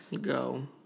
go